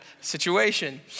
situation